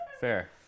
Fair